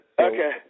Okay